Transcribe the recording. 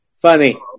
Funny